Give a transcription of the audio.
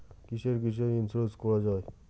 কিসের কিসের ইন্সুরেন্স করা যায়?